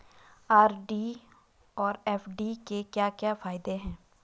RD और FD के क्या क्या फायदे हैं?